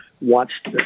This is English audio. watched